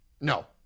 No